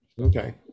okay